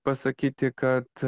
pasakyti kad